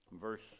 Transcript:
verse